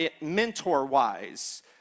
mentor-wise